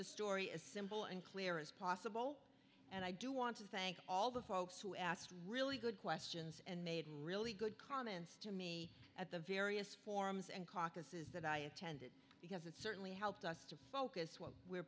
the story as simple and clear as possible and i do want to thank all the folks who asked really good questions and made really good comments to me at the various forms and caucuses that i attended because it certainly helped us to focus what we